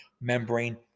membrane